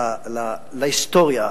להיסטוריה,